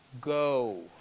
Go